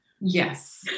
Yes